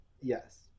Yes